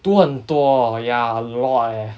都很多 ya a lot eh